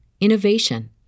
innovation